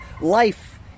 Life